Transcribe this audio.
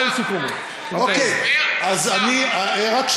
אוקיי, אין סיכום.